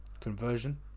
conversion